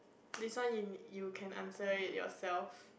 this one y~ you can answer it yourself